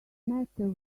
matter